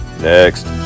next